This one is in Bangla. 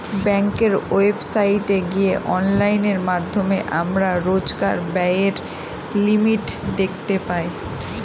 ব্যাঙ্কের ওয়েবসাইটে গিয়ে অনলাইনের মাধ্যমে আমরা রোজকার ব্যায়ের লিমিট দেখতে পাই